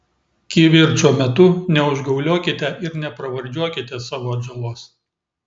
kivirčo metu neužgauliokite ir nepravardžiuokite savo atžalos